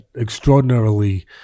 extraordinarily